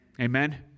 Amen